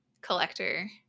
collector